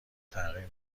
تغییر